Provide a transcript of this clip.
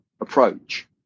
approach